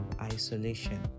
isolation